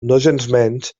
nogensmenys